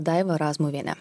daiva razmuviene